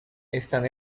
están